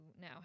now